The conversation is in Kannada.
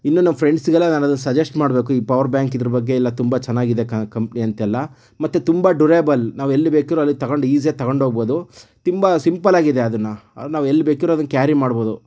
ಇನ್ನು ನನ್ನ ಫ್ರೆಂಡ್ಸಿಗೆಲ್ಲ ನಾನದನ್ನು ಸಜೆಸ್ಟ್ ಮಾಡಬೇಕು ಈ ಪವರ್ಬ್ಯಾಂಕ್ ಇದರ ಬಗ್ಗೆ ಎಲ್ಲ ತುಂಬ ಚೆನ್ನಾಗಿದೆ ಕಂಪ್ನಿ ಅಂತೆಲ್ಲ ಮತ್ತು ತುಂಬ ಡ್ಯೂರೆಬಲ್ ನಾವೆಲ್ಲಿ ಬೇಕಿದ್ದರೂ ಅಲ್ಲಿ ತಗೊಂಡು ಈಸಿಯಾಗಿ ತಗೊಂಡು ಹೋಗ್ಬೋದು ತುಂಬ ಸಿಂಪಲಾಗಿದೆ ಅದನ್ನು ನಾವೆಲ್ಲಿ ಬೇಕಿದ್ದರೂ ಅದನ್ನು ಕ್ಯಾರಿ ಮಾಡ್ಬೋದು